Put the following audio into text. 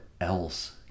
else